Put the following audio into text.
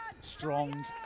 strong